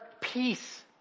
peace